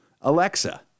Alexa